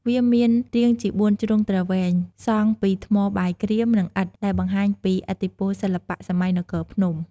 វាមានរាងជាបួនជ្រុងទ្រវែងសង់ពីថ្មបាយក្រៀម និងឥដ្ឋ ដែលបង្ហាញពីឥទ្ធិពលសិល្បៈសម័យនគរភ្នំ។